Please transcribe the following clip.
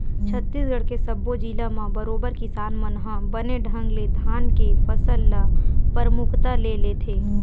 छत्तीसगढ़ के सब्बो जिला म बरोबर किसान मन ह बने ढंग ले धान के फसल ल परमुखता ले लेथे